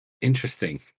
Interesting